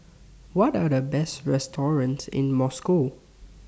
What Are The Best restaurants in Moscow